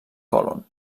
còlon